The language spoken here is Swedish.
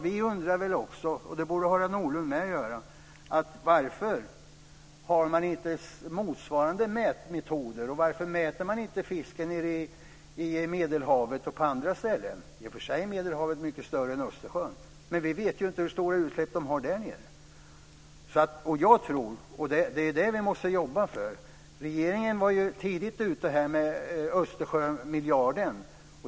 Vi undrar också, och det borde även Harald Nordlund göra, varför man inte har motsvarande mätmetoder och inte mäter fisken nere i Medelhavet och på andra ställen. I och för sig är Medelhavet mycket större än Östersjön. Men vi vet inte hur stora utsläpp de har därnere. Regeringen var tidigt ute med Östersjömiljarden.